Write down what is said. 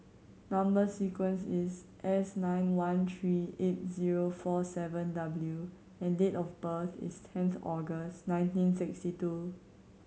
number sequence is S nine one three eight zero four seven W and date of birth is tenth August nineteen sixty two